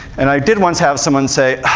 and i did once have someone say,